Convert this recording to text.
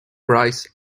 brice